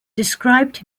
described